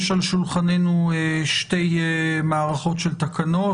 יש על שולחננו שתי מערכות של תקנות.